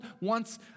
wants